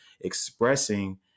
expressing